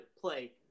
play